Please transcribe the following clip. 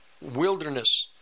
wilderness